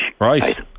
Right